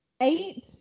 eight